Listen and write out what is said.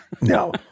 No